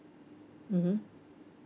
mmhmm